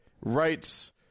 rights